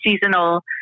seasonal